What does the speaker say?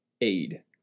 Aid